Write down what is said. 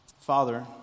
Father